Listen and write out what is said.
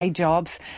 jobs